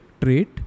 trait